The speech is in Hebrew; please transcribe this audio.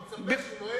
אני מצפה שלא,